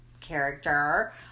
character